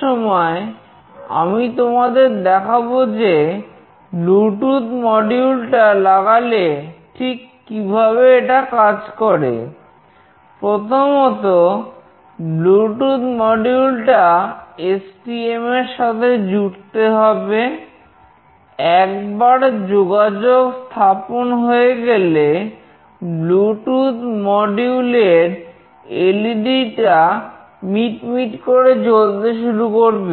সময় আমি তোমাদের দেখাবো যে ব্লুটুথ মডিউল টা মিটমিট করে জ্বলতে শুরু করবে